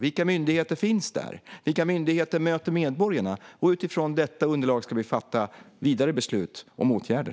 Vilka myndigheter finns där? Vilka myndigheter möter medborgarna? Utifrån detta underlag ska vi fatta vidare beslut om åtgärder.